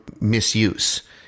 misuse